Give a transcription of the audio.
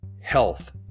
health